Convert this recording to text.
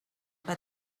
but